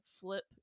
flip